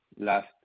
last